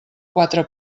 quatre